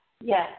Yes